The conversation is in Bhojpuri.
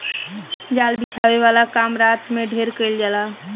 जाल बिछावे वाला काम रात में ढेर कईल जाला